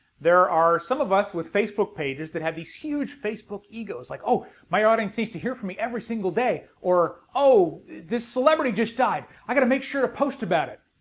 there are some of us with facebook pages that have these huge facebook egos, like, oh my audience needs to hear from me every single day, or, oh this celebrity just died i have to make sure to post about it.